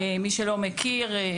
מי שלא מכיר,